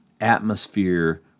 atmosphere